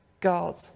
God